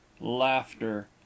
laughter